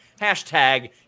Hashtag